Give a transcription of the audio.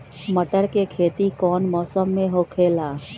मटर के खेती कौन मौसम में होखेला?